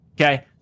Okay